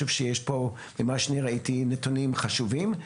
ממה שראיתי יש פה נתונים חשובים.